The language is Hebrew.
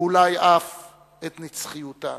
ואולי אף את נצחיותה.